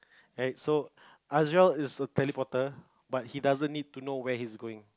and so is a teleporter but he doesn't need to know where he's going